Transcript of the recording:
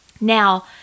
Now